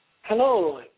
Hello